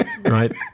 right